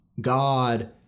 God